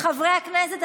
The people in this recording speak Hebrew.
חברי הכנסת,